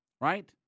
right